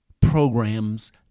programs